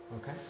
Okay